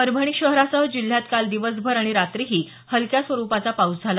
परभणी शहरासह जिल्ह्यात काल दिवसभर आणि रात्रीही हलक्या स्वरुपाचा पाऊस झाला